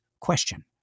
question